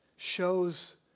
shows